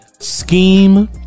scheme